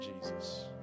Jesus